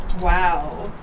Wow